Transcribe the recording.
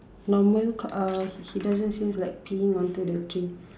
normal uh he doesn't seems like peeing onto the tree